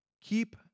Keep